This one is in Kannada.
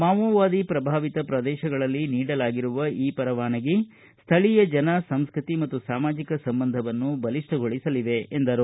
ಮಾವೋವಾದಿ ಪ್ರಭಾವಿತ ಪ್ರದೇಶಗಳಲ್ಲಿ ನೀಡಲಾಗಿರುವ ಈ ಪರವಾನಗಿ ಸ್ಥಳೀಯ ಜನ ಸಂಸ್ಕೃತಿ ಮತ್ತು ಸಾಮಾಜಿಕ ಸಂಬಂದವನ್ನು ಬಲಿಷ್ಟಗೊಳಿಸಲಿವೆ ಎಂದರು